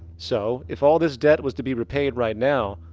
so, if all this debt was to be repaid right now,